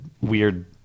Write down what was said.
weird